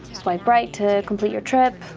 swipe right to complete your trip,